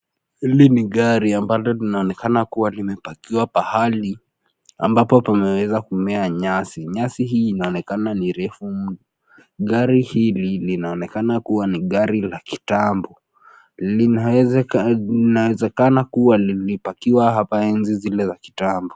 Hili ni gari ambalo linaonekana kuwa limepakiwa pahali ambapo pameweza kumea nyasi. Nyasi hii inaonekana ni refu mno. Gari hili linaonekana kuwa ni gari la kitambo, linaezekana kuwa lilipakiwa hapa enzi zile za kitambo